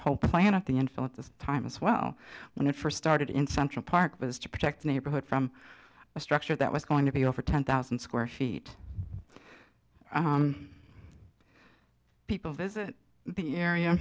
whole plan at the n f l at this time as well when it first started in central park was to protect the neighborhood from a structure that was going to be over ten thousand square feet people visit the area